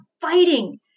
fighting